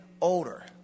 older